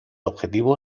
objetivo